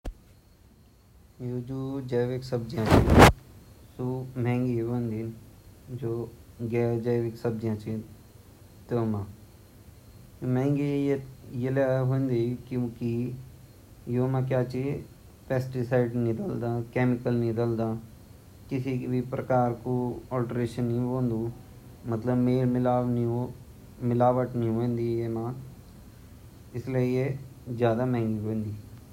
जु जैविक सब्जियाँ छिन अगर उ महंगी भी छिन उ भी ठीक ची किले की भई वेमा म्हणत भी ज़्यदा ची अर जु हम छिन उ आपा हाथान खोद खोदते अछि तरह देख भाल कोरी ते बडोड़ किलेकी वेमा हुमूते हर विटामिन मिलैंड अर जु हुमा उ महंगी भी ची ता हमू वे महंगी ल्योनड मा भी हमुते सोचंड नि चैन्ड हामु बिना सोची वे कीमत दी ड्योड चैन वे हिसाब से।